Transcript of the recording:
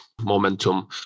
momentum